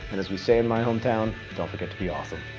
and as we say in my hometown, don't forget to be awesome.